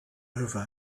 over